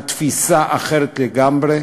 על תפיסה אחרת לגמרי,